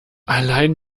allein